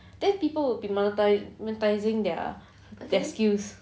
then people will be moneti~ monetising their their skills